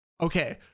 okay